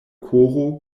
koro